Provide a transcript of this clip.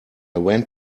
went